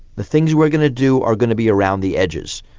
the things we are going to do are going to be around the edges.